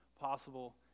possible